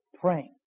praying